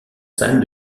salles